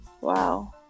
wow